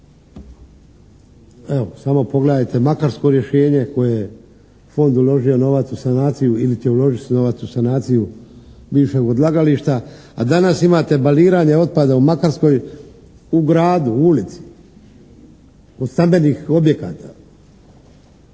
Evo, samo pogledajte makarsko rješenje koje je fond uložio novac u sanaciju ili uložit će novac u sanaciju bivšeg odlagališta a danas imate baliranje otpada u Makarskoj u gradu, u ulici kod stambenih objekata